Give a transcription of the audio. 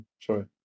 sorry